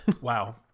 Wow